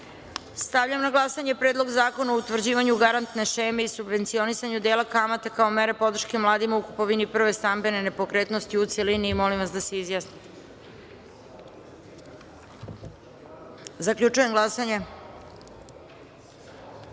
amandman. Stavljam na glasanje Predlog Zakona o utvrđivanju garantne šeme i subvencionisanju dela kamate kao mere podrške mladima u kupovini prve stambene nepokretnosti u celini. Molim vas da se izjasnite. Zaključujem glasanje: